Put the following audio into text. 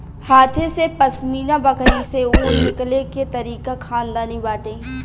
हाथे से पश्मीना बकरी से ऊन निकले के तरीका खानदानी बाटे